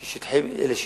כי אלה שטחי מינהל.